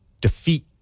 defeat